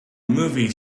movie